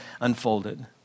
unfolded